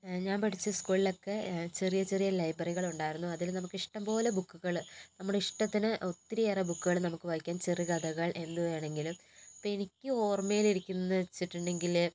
ഞാൻ പഠിച്ച സ്കൂളിലൊക്കെ ചെറിയ ചെറിയ ലൈബ്രറികൾ ഉണ്ടായിരുന്നു അതിൽ നമ്മുക്കിഷ്ടം പോലെ ബുക്കുകൾ നമ്മുടെയിഷ്ടത്തിന് ഒത്തിരിയേറെ ബുക്കുകൾ നമ്മുക്ക് വായിക്കാൻ ചെറുകഥകൾ എന്തുവേണമെങ്കിലും ഇപ്പോൾ എനിക്ക് ഓർമ്മയിലിരിക്കുന്നത് എന്നു വച്ചിട്ടുണ്ടെങ്കിൽ